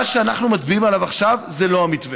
מה שאנחנו מצביעים עליו עכשיו זה לא המתווה.